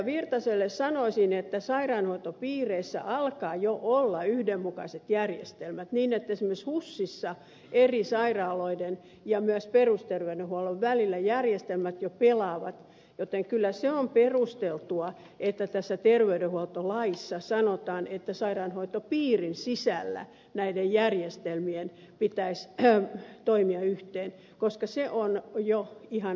virtaselle sanoisin että sairaanhoitopiireissä alkaa jo olla yhdenmukaiset järjestelmät niin että esimerkiksi husissa eri sairaaloiden ja myös perusterveydenhuollon välillä järjestelmät jo pelaavat joten kyllä se on perusteltua että tässä terveydenhuoltolaissa sanotaan että sairaanhoitopiirin sisällä näiden järjestelmien pitäisi toimia yhteen koska se on jo ihan mahdollista